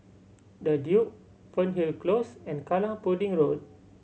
The Duke Fernhill Close and Kallang Pudding Road